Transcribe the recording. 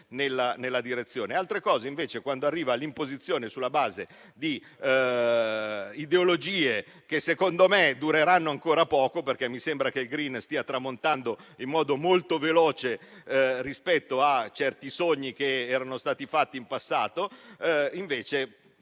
Altra cosa è invece quando arriva l'imposizione sulla base di ideologie, che secondo me dureranno ancora poco - perché mi sembra che il *green* stia tramontando in modo molto veloce rispetto a certi sogni che erano stati fatti in passato - e